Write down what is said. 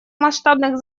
масштабных